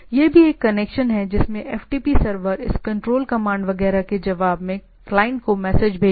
यह भी एक कनेक्शन है जिसमें FTP सर्वर इस कंट्रोल कमांड वगैरह के जवाब में क्लाइंट को मैसेज भेजेंगे